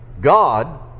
God